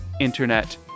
Internet